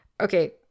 Okay